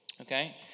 okay